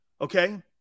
Okay